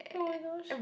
oh-my-gosh